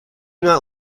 not